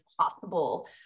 possible